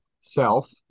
self